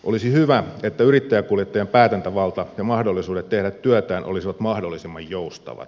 olisi hyvä että yrittäjäkuljettajan päätäntävalta ja mahdollisuudet tehdä työtään olisivat mahdollisimman joustavat